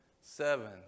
seven